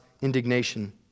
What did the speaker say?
indignation